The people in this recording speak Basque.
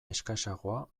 eskasagoa